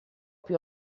più